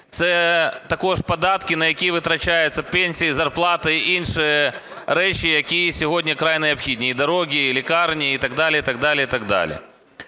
це також податки, на які витрачаються пенсії, зарплати інші речі, які сьогодні вкрай необхідні, – і дороги, і лікарні і так далі, і так далі, і так далі.